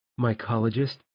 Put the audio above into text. mycologist